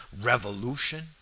revolution